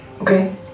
Okay